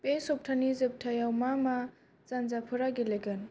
बे सप्तानि जोबथायाव मा मा हानजाफोरा गेलेगोन